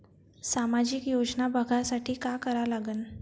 सामाजिक योजना बघासाठी का करा लागन?